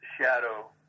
shadow